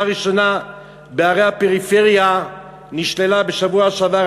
ראשונה בערי הפריפריה נשללו בשבוע שעבר.